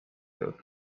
teevad